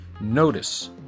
notice